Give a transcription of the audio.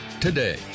today